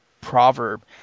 proverb